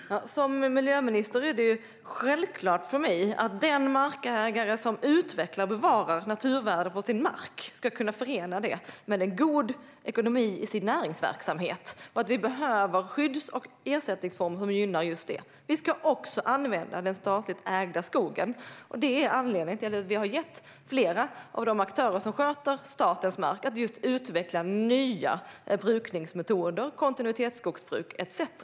Herr talman! Som miljöminister är det självklart för mig att den markägare som utvecklar och bevarar naturvärden på sin mark ska kunna förena det med en god ekonomi i sin näringsverksamhet. Vi behöver skydds och ersättningsformer som gynnar just det. Vi ska också använda den statligt ägda skogen. Det är anledningen till att vi har gett flera av de aktörer som sköter statens mark uppgiften att utveckla nya brukningsmetoder, kontinuitetsjordbruk etcetera.